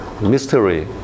mystery